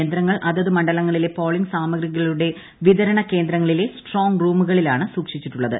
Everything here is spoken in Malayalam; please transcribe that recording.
യന്ത്രങ്ങൾ അതത് മണ്ഡലങ്ങളിലെ പോളിംഗ് സാമഗ്രികളുടെ വിതരണ കേന്ദ്രങ്ങളിലെ സ്ട്രോംഗ് റൂമുകളിലാണ് സൂക്ഷിച്ചിട്ടുള്ളത്